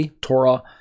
Torah